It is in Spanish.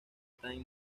times